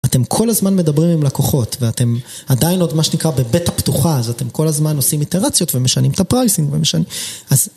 אתם כל הזמן מדברים עם לקוחות, ואתם עדיין עוד מה שנקרא בביתא פתוחה, אז אתם כל הזמן עושים איתרציות ומשנים את הפרייסינג, ומשנים...